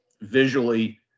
visually